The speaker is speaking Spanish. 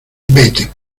vete